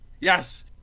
Yes